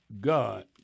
God